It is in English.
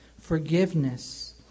forgiveness